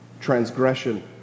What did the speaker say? transgression